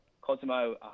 Cosmo